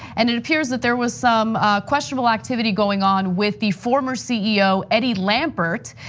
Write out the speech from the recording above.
and it appears that there was some questionable activity going on with the former ceo eddie lampert.